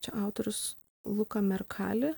čia autorius luka merkali